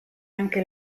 anche